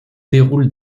déroule